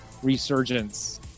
Resurgence